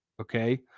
Okay